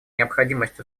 необходимость